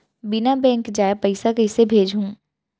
बिना बैंक जाए पइसा कइसे भेजहूँ?